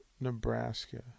Nebraska